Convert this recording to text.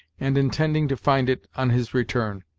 and intending to find it on his return.